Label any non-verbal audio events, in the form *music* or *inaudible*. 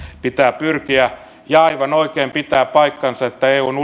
pitää pyrkiä ja aivan oikein pitää paikkansa että eun *unintelligible*